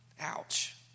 Ouch